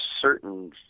certain